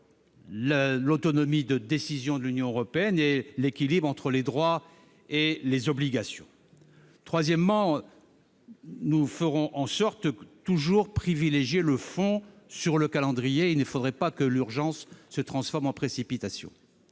l'autonomie de décision de l'Union européenne et l'équilibre entre les droits et les obligations. Troisièmement, nous ferons en sorte de toujours privilégier le fond sur le calendrier. Il ne faudrait pas que l'urgence se transforme en précipitation